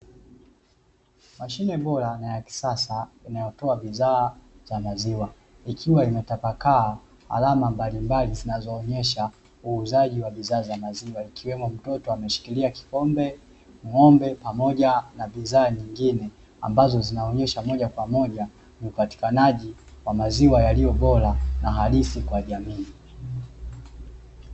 Mashine bora na ya kisasa inayotoa bidhaa za maziwa ikiwa imetapakaa alama mbalimbali zinazo onyesha uuzwaji wa maziwa. Ikiwemo mtoto akiwa ameshikalia kikombe, ng'ombe pamoja na bidhaa nyingine ambazo, zinaonyesha moja kwa moja upatikanaji maziwa yaliyo bora na halisi kwa jamii.